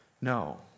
No